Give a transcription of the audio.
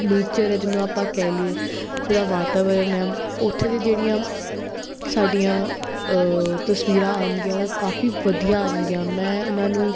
nature ਜਿਹਨੂੰ ਆਪਾਂ ਕਹਿ ਲਈਏ ਉੱਥੇ ਦਾ ਵਾਤਾਵਰਨ ਹੈ ਉੱਥੇ ਦੀ ਜਿਹੜੀਆਂ ਸਾਡੀਆਂ ਤਸਵੀਰਾਂ ਆਉਣਗੀਆਂ ਉਹ ਕਾਫੀ ਵਧੀਆ ਆਉਣਗੀਆਂ ਮੈਂ ਉਹਨਾਂ ਨੂੰ